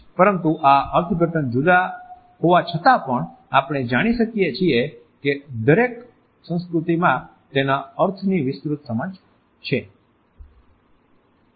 પરંતુ આ અર્થઘટન જુદા હોવા છતાં પણ આપણે જાણી શકીએ છીએ કે દરેક સંસ્કૃતિમાં તેના અર્થની વિસ્તૃત સમજ છે